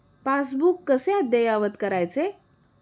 Passbook कसे अद्ययावत करायचे?